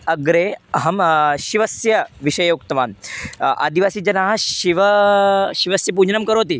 अग्रे अहं शिवस्य विषये उक्तवान् आदिवासीजनाः शिवस्य शिवस्य पूजनं करोति